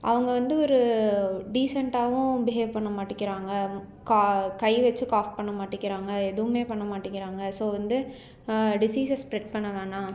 அவங்க வந்து ஒரு டீசெண்டாகவும் பிஹேவ் பண்ண மாட்டேக்கிறாங்க கா கை வச்சி காஃப் பண்ண மாட்டேக்கிறாங்க எதுவுமே பண்ண மாட்டேங்கிறாங்க ஸோ வந்து டிசீஸ்ஸை ஸ்பிரெட் பண்ண வேணாம்